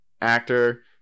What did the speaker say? actor